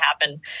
happen